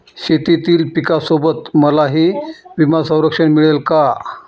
शेतीतील पिकासोबत मलाही विमा संरक्षण मिळेल का?